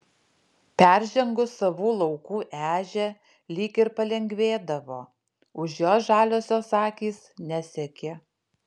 peržengus savų laukų ežią lyg ir palengvėdavo už jos žaliosios akys nesekė